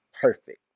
perfect